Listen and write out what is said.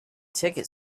ticket